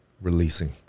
releasing